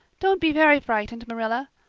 don't be very frightened, marilla.